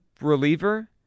reliever